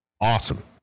awesome